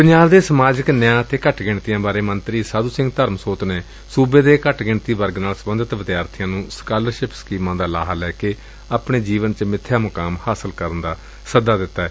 ਪੰਜਾਬ ਦੇ ਸਮਾਜਿਕ ਨਿਆਂ ਅਤੇ ਘੱਟ ਗਿਣਤੀਆਂ ਸਬੰਧੀ ਮੰਤਰੀ ਸਾਧੂ ਸਿੰਘ ਧਰਮਸੋਤ ਨੇ ਸੂਬੇ ਦੇ ਘੱਟ ਗਿਣਤੀ ਵਰਗ ਨਾਲ ਸਬੰਧਤ ਵਿਦਿਆਰਬੀਆਂ ਨੂੰ ਸਕਾਲਰਸਿਪ ਸਕੀਮਾਂ ਦਾ ਲਾਹਾ ਲੈ ਕੇ ਆਪਣੂੰ ਜੀਵਨ ਚ ਮਿੱਥਿਆ ਮੁਕਾਮ ਹਾਸਲ ਕਰਨ ਦਾ ਸੱਦਾ ਦਿੱਤੈ